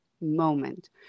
moment